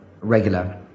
regular